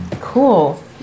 Cool